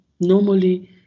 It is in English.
normally